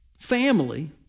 family